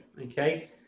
Okay